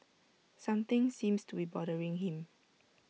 something seems to be bothering him